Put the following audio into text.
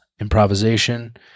improvisation